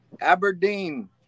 Aberdeen